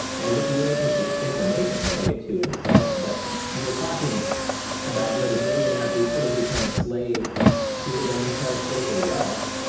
and your relationship to information, which i'll get to in a second. but you were talking about you know, the billionaire who's sort of become a slave to his parasitical wealth.